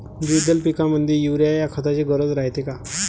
द्विदल पिकामंदी युरीया या खताची गरज रायते का?